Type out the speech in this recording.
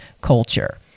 culture